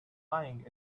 lying